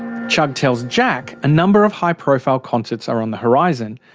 chugg tells jack a number of high profile concerts are on the horizon,